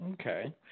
Okay